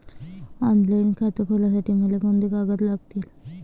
Online खातं खोलासाठी मले कोंते कागद लागतील?